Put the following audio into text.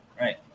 right